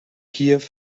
kiew